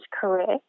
correct